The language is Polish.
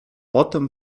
potem